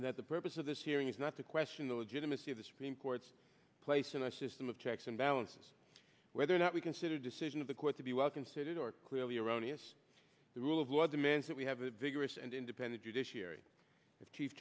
that the purpose of this hearing is not to question the legitimacy of the supreme court's place in our system of checks and balances whether or not we consider decision of the court to be well considered or clearly erroneous the rule of law demands that we have a vigorous and independent judiciary a chief